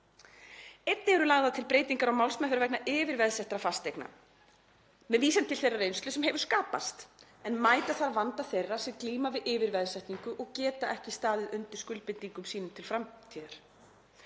Einnig eru lagðar til breytingar á málsmeðferð vegna yfirveðsettra fasteigna, með vísan til þeirrar reynslu sem hefur skapast, en mæta þarf vanda þeirra sem glíma við yfirveðsetningu og geta ekki staðið undir skuldbindingum sínum til framtíðar.